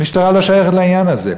המשטרה לא שייכת לעניין הזה.